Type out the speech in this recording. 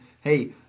hey